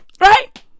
RIGHT